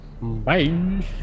Bye